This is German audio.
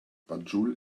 banjul